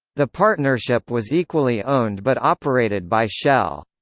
the partnership was equally owned but operated by shell.